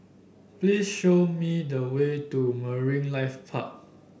please show me the way to Marine Life Park